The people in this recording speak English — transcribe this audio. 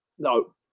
No